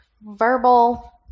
verbal